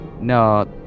No